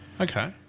Okay